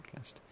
podcast